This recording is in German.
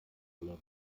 voller